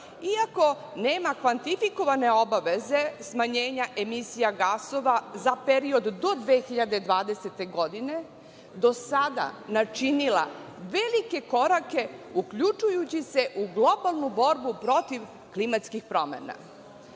iako nema kvantifikovane obaveze smanjenja emisija gasova za period do 2020. godine do sada načinila velike korake uključujući se u globalnu borbu protiv klimatskih promena.U